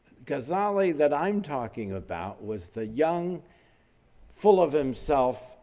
ghazali that i'm talking about was the young full of himself,